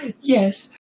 Yes